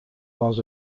was